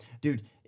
dude